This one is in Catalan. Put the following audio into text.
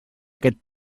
aquest